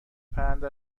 پرنده